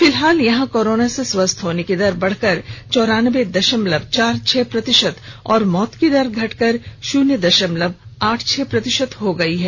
फिलहाल यहां कोरोना से स्वस्थ होने की दर बढ़कर चौरान्बे दशमलव चार छह प्रतिशत और मौत की दर घटकर शून्य दशमलव आठ छह प्रतिशत हो गई है